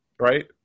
right